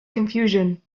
confusion